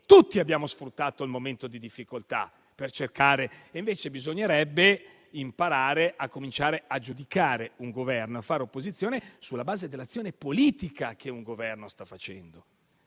tutti abbiamo sfruttato il momento di difficoltà. Al contrario, bisognerebbe imparare a giudicare un Governo e a fare opposizione sulla base dell'azione politica che quel Governo sta facendo.